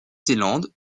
zélande